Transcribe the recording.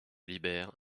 libère